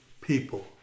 people